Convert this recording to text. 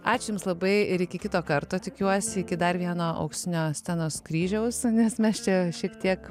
ačiū jums labai ir iki kito karto tikiuosi iki dar vieno auksinio scenos kryžiaus nes mes čia šiek tiek